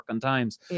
times